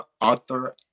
author